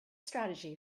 strategy